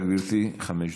בבקשה, גברתי, חמש דקות.